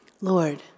Lord